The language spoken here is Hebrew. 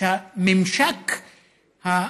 שהממשק שלו,